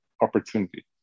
opportunity